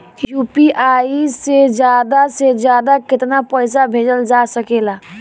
UPI से ज्यादा से ज्यादा केतना पईसा भेजल जा सकेला?